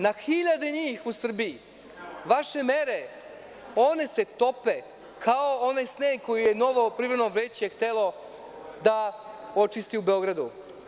Na hiljade njih u Srbiji, vaše mere, one se tope kao onaj sneg koji je novo privremeno veće htelo da očisti u Beogradu.